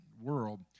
world